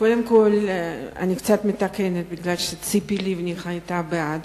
קודם כול, אני קצת מתקנת, כי ציפי לבני היתה בעד